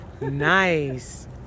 Nice